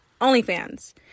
OnlyFans